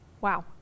wow